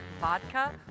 vodka